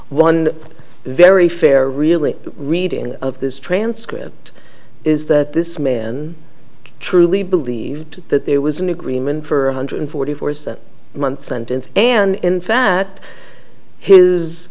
one very fair really reading of this transcript is that this man truly believed that there was an agreement for one hundred forty four is that month sentence and in fact his